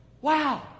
Wow